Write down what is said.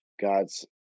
God's